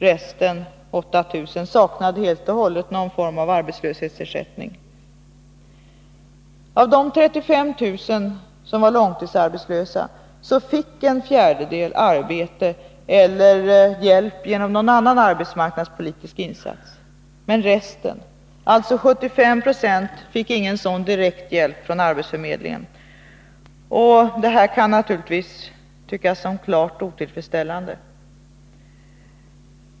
Resten — 8 000 — saknade någon form av arbetslöshetsersättning. Av de 35 000 som var långtidsarbetslösa fick en fjärdedel arbete eller hjälp genom någon annan arbetsmarknadspolitisk insats, men resten — alltså 75 90 — fick ingen sådan direkt hjälp från arbetsförmedlingen. Det kan naturligtvis tyckas klart otillfredsställande.